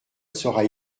sera